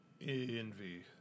Envy